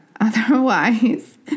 Otherwise